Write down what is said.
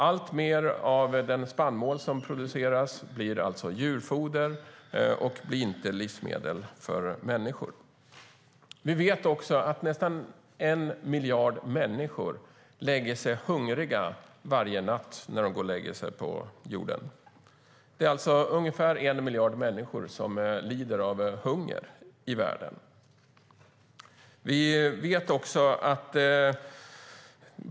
Alltmer av den spannmål som produceras blir alltså djurfoder och inte livsmedel för människor. Vi vet också att nästan en miljard människor på jorden varje kväll går och lägger sig hungriga. Det är alltså ungefär en miljard människor som lider av hunger i världen.